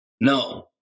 No